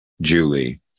Julie